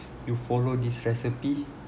you follow this recipe